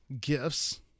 gifts